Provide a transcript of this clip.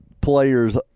players